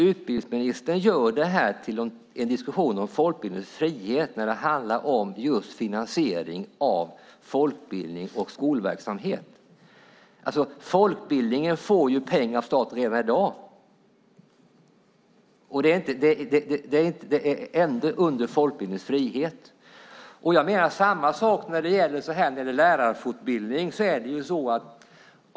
Utbildningsministern gör detta till en diskussion om folkbildningens frihet när det i själva verket handlar om finansiering av folkbildning och skolverksamhet. Folkbildningen får pengar av staten även i dag, och det är under folkbildningens frihet. Samma sak gäller lärarfortbildningen.